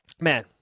man